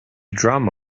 drama